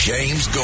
James